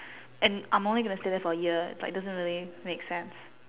and I'm only going to stay there for a year like it doesn't really make sense